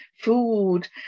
food